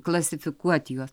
klasifikuot juos